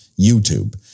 youtube